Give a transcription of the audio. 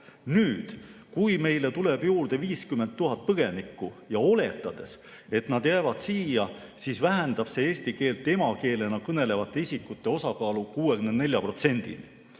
000. Kui meile tuleb juurde 50 000 põgenikku ja oletades, et nad jäävad siia, siis vähendab see eesti keelt emakeelena kõnelevate isikute osakaalu 64%‑ni.